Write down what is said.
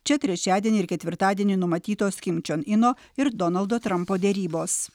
čia trečiadienį ir ketvirtadienį numatytos kim čion ino ir donaldo trampo derybos